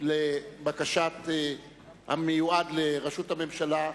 לבקשת המיועד לראשות הממשלה,